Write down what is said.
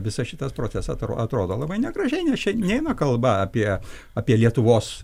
visas šitas procesas atrodo labai negražiai nes čia neina kalba apie apie lietuvos